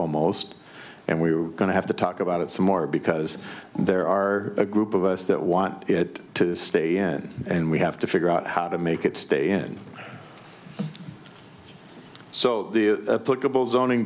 almost and we're going to have to talk about it some more because there are a group of us that want it to stay in and we have to figure out how to make it stay in so the zoning